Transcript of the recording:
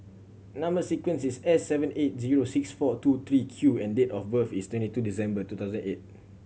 number sequence is S seven eight zero six four two three Q and date of birth is twenty two December two thousand eight